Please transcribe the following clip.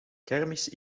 kermis